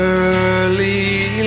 early